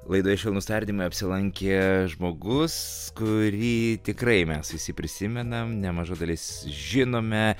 laidoje švelnūs tardymai apsilankė žmogus kurį tikrai mes visi prisimenam nemaža dalis žinome